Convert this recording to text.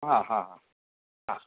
हा हा हा